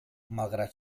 malgrat